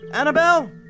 Annabelle